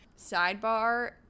Sidebar